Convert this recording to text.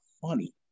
funny